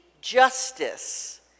justice